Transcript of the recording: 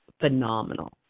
phenomenal